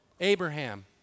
Abraham